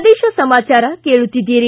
ಪ್ರದೇಶ ಸಮಾಚಾರ ಕೇಳುತ್ತಿದ್ದೀರಿ